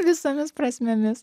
visomis prasmėmis